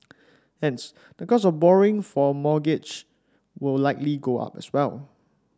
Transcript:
hence the cost of borrowing for a mortgage will likely go up as well